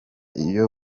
iyo